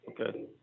Okay